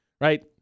Right